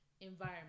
environment